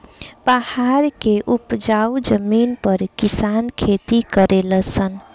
पहाड़ के उपजाऊ जमीन पर किसान खेती करले सन